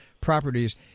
properties